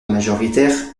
majoritaire